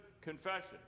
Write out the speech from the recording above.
confession